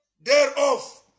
thereof